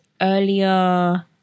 earlier